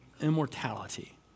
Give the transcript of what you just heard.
immortality